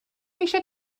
eisiau